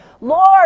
Lord